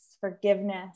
forgiveness